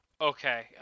Okay